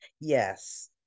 Yes